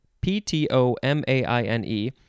P-T-O-M-A-I-N-E